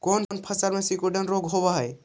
कोन फ़सल में सिकुड़न रोग होब है?